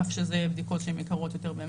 אף שזה בדיקות שהן יקרות יותר,